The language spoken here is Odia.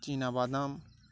ଚୀନାବାଦାମ